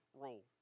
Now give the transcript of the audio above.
role